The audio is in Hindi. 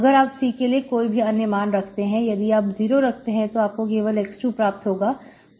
अगर आप C के लिए कोई भी अन्य मान रखते हैं यदि आप 0 रखते हैं तब आपको केवल x2 प्राप्त होगा